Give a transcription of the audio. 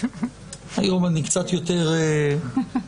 היום אני קצת יותר נינוח.